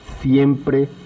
Siempre